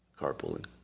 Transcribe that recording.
carpooling